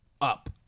up